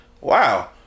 Wow